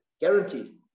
Guaranteed